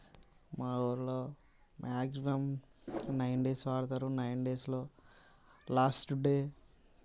మా ఊళ్ళో maximum nine days ఆడతారు నైన్డేస్లో లాస్ట్ డే